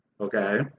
okay